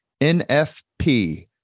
NFP